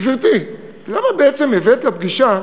גברתי, למה בעצם הבאת לפגישה